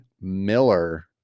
miller